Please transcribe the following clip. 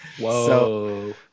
Whoa